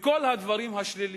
וכל הדברים השליליים.